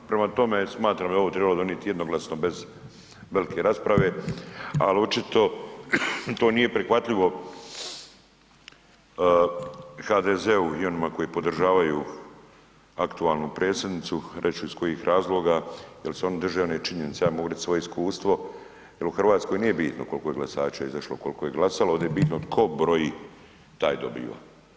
Prema tome, smatram da bi ovo trebalo donijet jednoglasno bez velike rasprave, ali očito to nije prihvatljivo HDZ-u i onima koji podržavaju aktualnu predsjednicu, reći ću iz kojih razloga jer se oni drže one činjenice, ja mogu reći svoje iskustvo, jel u Hrvatskoj nije bitno koliko je glasača izašlo, koliko je glasalo, ovdje je bitno tko broji taj dobiva.